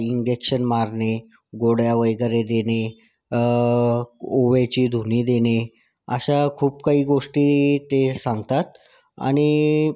injection मारणे गोळ्या वगैरे देणे ओव्याची धुर्नी देणे अशा खूप काही गोष्टी ते सांगतात आणि